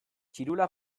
txirula